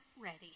ready